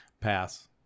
Pass